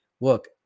Look